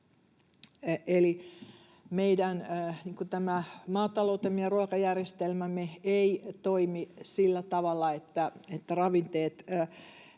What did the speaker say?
maataloutemme ja ruokajärjestelmämme ei toimi sillä tavalla, että tällä